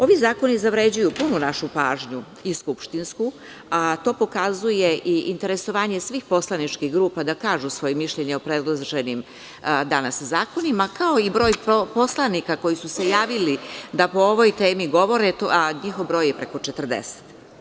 Ovi zakoni zavređuju punu našu pažnju i skupštinsku, a to pokazuje i interesovanje svih poslaničkih grupa da kažu svoje mišljenje o danas predloženim zakonima, kao i broj poslanika koji su se javili da po ovoj temi govore, a njih je preko 40.